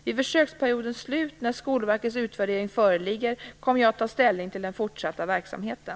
Vid försöksperiodens slut, när Skolverkets utvärdering föreligger, kommer jag att ta ställning till den fortsatta verksamheten.